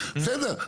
בסדר,